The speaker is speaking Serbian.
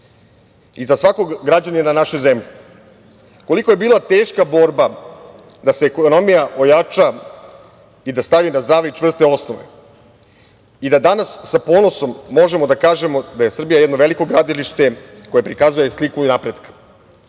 i za svakog građanina naše zemlje. Koliko je bila teška borba da se ekonomija ojača i da stane na zdrave i čvrste osnove i da danas sa ponosom možemo da kažemo da je Srbija jedno veliko gradilište koje prikazuje sliku napretka. Onda,